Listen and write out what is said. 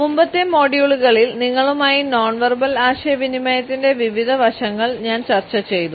മുമ്പത്തെ മൊഡ്യൂളുകളിൽ നിങ്ങളുമായി നോൺ വെർബൽ ആശയവിനിമയത്തിന്റെ വിവിധ വശങ്ങൾ ഞാൻ ചർച്ചചെയ്തു